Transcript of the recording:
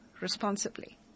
responsibly